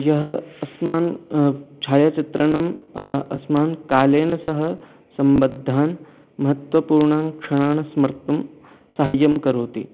यः अस्मान् छायाचित्रणम् अस्मान् कालेन सह सम्बद्धान् महत्वपूर्णं क्षणान् स्मर्तुं साहाय्यं करोति